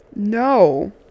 No